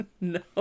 No